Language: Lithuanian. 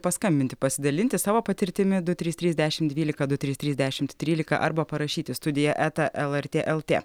paskambinti pasidalinti savo patirtimi du trys trys dešimt dvylika du trys trys dešimt trylika arba parašyti į studija eta lrt lt